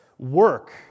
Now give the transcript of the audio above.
Work